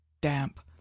damp